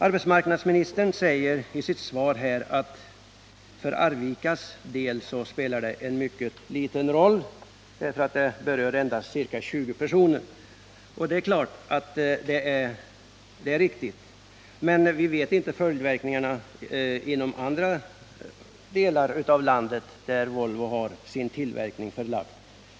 Arbetsmarknadsministern säger i sitt svar att för Arvikas del spelar traktortillverkningen en mycket liten roll, eftersom den berör endast ca 20 personer, och det är riktigt. Men vi känner inte till följdverkningarna inom andra delar av landet, där Volvo har tillverkning förlagd.